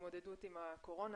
בהתמודדות עם הקורונה.